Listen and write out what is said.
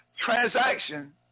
transaction